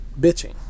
bitching